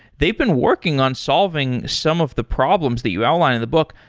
they've been working on solving some of the problems that you outlined in the book.